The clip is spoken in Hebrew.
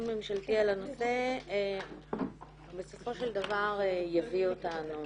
ממשלתי על הנושא בסופו של דבר יביא אותנו